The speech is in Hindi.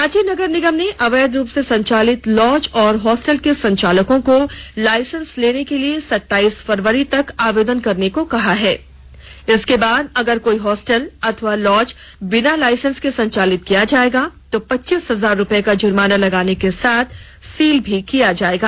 रांची नगर निगम ने अवैध रुप से संचालित लॉज और हॉस्टल के संचालकों को लाइसेंस लेने के लिए सताइस फरवरी तक आवेदन करने को कहा है इसके बाद अगर कोई हॉस्टल अथवा लॉज बिना लाइसेंस के संचालित किया जाएगा तो पच्चीस हजार रुपए का जुर्माना लगाने के साथ सील भी किया जाएगा